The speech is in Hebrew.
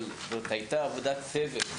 אבל זאת הייתה עבודת צוות.